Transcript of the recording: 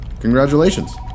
Congratulations